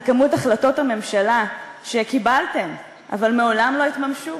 על כמות החלטות הממשלה שקיבלתם אבל מעולם לא התממשו,